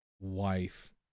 wife